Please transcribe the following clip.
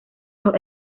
los